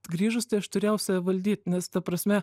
grįžus tai aš turėjau save valdyt nes ta prasme